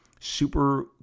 super